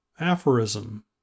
Aphorism